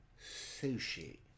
sushi